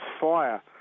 fire